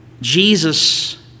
Jesus